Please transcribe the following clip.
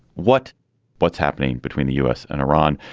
what what's happening between the u s. and iran?